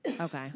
Okay